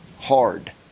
hard